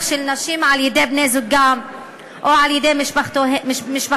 של נשים על-ידי בני-זוגן או על-ידי משפחתן.